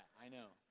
i know.